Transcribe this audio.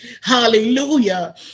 Hallelujah